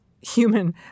human